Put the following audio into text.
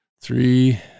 three